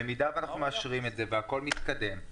במידה שאנחנו מאשרים את זה והכול מתקדם,